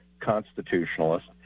constitutionalist